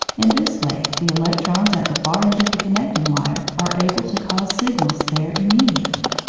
in this way the electrons at the far end of the connecting wire are able to cause signals there immediately.